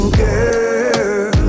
girl